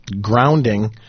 grounding